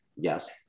Yes